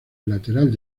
lateral